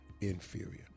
inferior